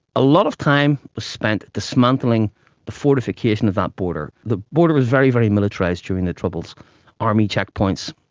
a lot of time was spent dismantling the fortification of that border. the border was very, very militarised during the troubles army checkpoints,